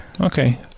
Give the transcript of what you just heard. Okay